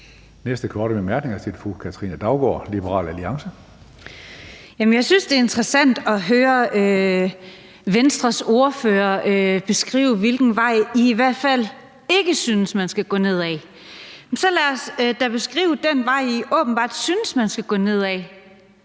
næste korte bemærkning er til fru Katrine Daugaard, Liberal Alliance. Kl. 16:45 Katrine Daugaard (LA): Jeg synes, det er interessant at høre Venstres ordfører beskrive, hvilken vej I i hvert fald ikke synes man skal gå nedad. Så lad os da få beskrevet den vej, som I som liberalt parti åbenbart synes man skal gå nedad.